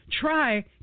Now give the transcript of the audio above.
try